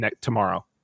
tomorrow